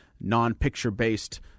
non-picture-based